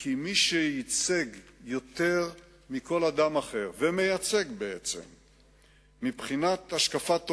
כי מי שייצג יותר מכל אדם אחר מבחינת השקפת עולם,